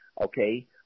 okay